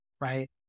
right